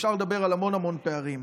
אפשר לדבר על המון המון פערים.